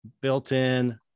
built-in